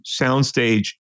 Soundstage